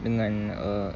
dengan uh